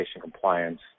compliance